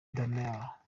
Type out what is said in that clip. demeure